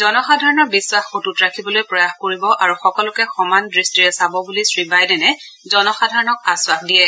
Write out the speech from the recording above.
জনসাধাৰণৰ বিখাস অটট ৰাখিবলৈ প্ৰয়াস কৰিব আৰু সকলোকে সমান দৃষ্টিৰে চাব বুলি শ্ৰী বাইডেনে জনসাধাৰণক আখাস দিয়ে